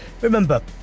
Remember